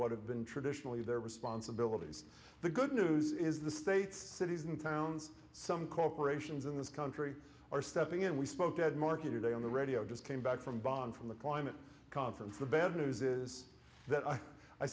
been traditionally their responsibilities the good news is the states cities and towns some corporations in this country are stepping in we spoke at marketing day on the radio just came back from bonn from the climate conference the bad news is that i